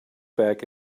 back